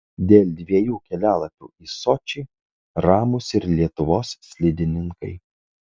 dėl dviejų kelialapių į sočį ramūs ir lietuvos slidininkai